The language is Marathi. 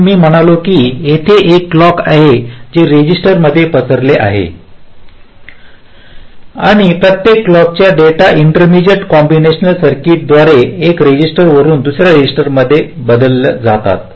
म्हणून मी म्हणालो की येथे एक क्लॉक आहे जे रेजिस्टर्समध्ये पसरलेले आहे आणि प्रत्येक क्लॉकच्या डेटा इंटरमिजिएट कंबानेशनल सर्किटद्वारे एका रजिस्टर वरून दुसर्या रजिस्टरमध्ये बदलले जातात